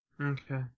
Okay